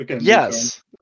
Yes